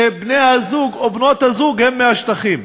שבני-הזוג או בנות-הזוג שלהם הם מהשטחים.